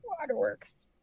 waterworks